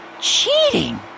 cheating